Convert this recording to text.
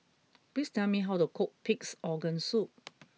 please tell me how to cook Pig'S Organ Soup